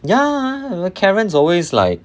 ya ah the karens always like